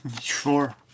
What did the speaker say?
Sure